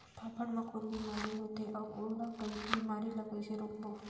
फाफण मा कौन बीमारी होथे अउ ओला बीमारी ला कइसे रोकबो?